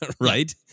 right